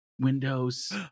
windows